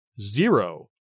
Zero